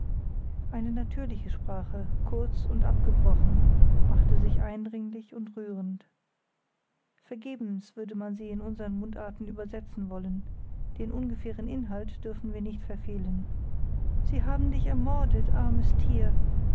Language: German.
eine natürliche sprache kurz und abgebrochen machte sich eindringlich und rührend vergebens würde man sie in unsern mundarten übersetzen wollen den ungefähren inhalt dürfen wir nicht verfehlen sie haben dich ermordet armes tier